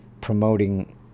promoting